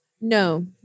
No